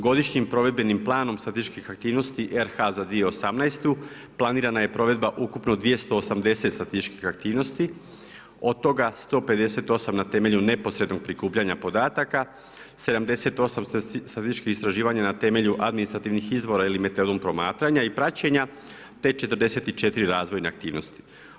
Godišnjim provedbenim planom statističkih aktivnosti RH za 2018. planirana je provedba ukupno 280 statističkih aktivnosti, od toga 158 na temelju neposrednog prikupljanja podataka, 78 statističkih istraživanja na temelju administrativnih izvora ili metodom promatranja i praćenja te 44 razvojne aktivnosti.